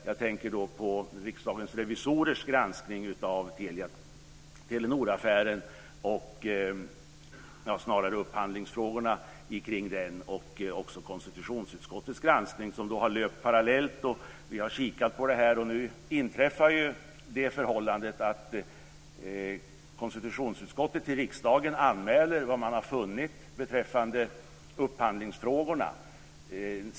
Jag tänker på Riksdagens revisorers granskning av Telia-Telenor-affären, eller snarare upphandlingsfrågorna kring den, och även konstitutionsutskottets granskning. De har löpt parallellt. Vi har kikat på detta, och nu inträffar förhållandet att konstitutionsutskottet till riksdagen anmäler vad man har funnit beträffande upphandlingsfrågorna.